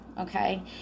Okay